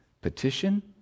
Petition